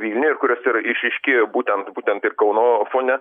vilniuje ir kurios ir išryškėjo būtent būtent ir kauno fone